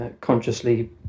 consciously